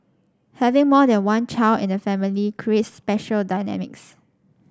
having more than one child in the family creates special dynamics